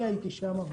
אני הייתי שם,